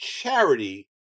charity